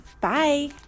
Bye